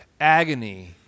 agony